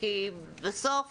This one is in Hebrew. כי בסוף,